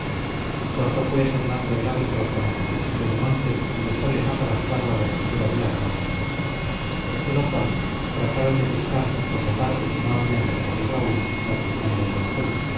cortó pues hernando el hábito con su cuchillo de monte y dejóle más adaptado a la estatura de la hermosa hecho lo cual trataron de buscar por la parte que no habían recorrido aún la prisión del doncel